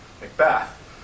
Macbeth